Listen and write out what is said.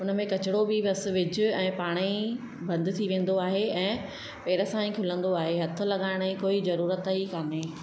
उन में किचिरो बि बस विझ ऐं पाण ई बंदि थी वेंदो आहे ऐं पेर सां ई खुलंदो आहे हथ लॻाइण जी कोई ज़रूरत ई कोन्हे